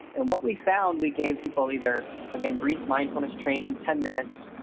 and what we found, we gave people either, again, brief mindfulness training, ten minutes,